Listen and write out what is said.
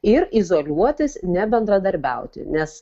ir izoliuotis nebendradarbiauti nes